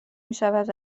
میشود